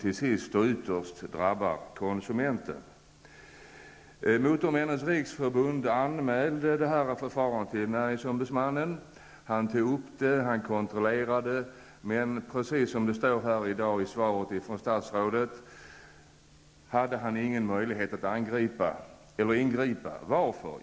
Till sist, och ytterst, drabbas konsumenten. Motormännens riksförbund har anmält detta förfarande till näringsombudsmannen, som har tagit upp frågan och kontrollerat olika uppgifter. Men, precis som det står i dagens svar från statsrådet, näringsombudsmannen hade inte någon möjlighet att ingripa. Varför?